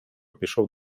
пішов